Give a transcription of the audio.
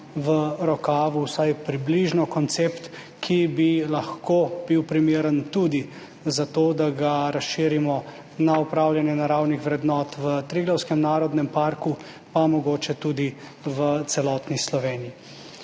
v rokavu vsaj približno koncept, ki bi lahko bil primeren tudi za to, da ga razširimo na upravljanje naravnih vrednot v Triglavskem narodnem parku, pa mogoče tudi v celotni Sloveniji.